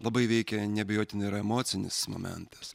labai veikia neabejotinai ir emocinis momentas